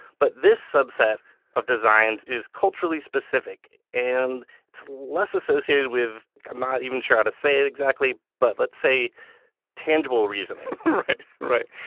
but this subset of designs is culturally-specific and it's less associated with i'm not even sure how to say it exactly but let's say tangible reasoning right, right.